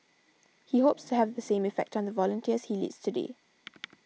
he hopes to have the same effect on the volunteers he leads today